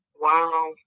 Wow